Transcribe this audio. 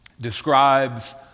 describes